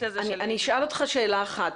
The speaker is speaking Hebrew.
הזה של --- אני אשאל אותך שאלה אחת.